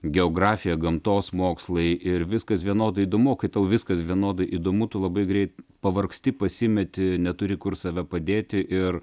geografija gamtos mokslai ir viskas vienodai įdomu kai tau viskas vienodai įdomu tu labai greit pavargsti pasimeti neturi kur save padėti ir